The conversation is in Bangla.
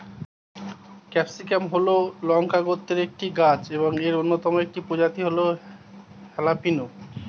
ক্যাপসিকাম হল লঙ্কা গোত্রের একটি গাছ এবং এর অন্যতম একটি প্রজাতি হল হ্যালাপিনো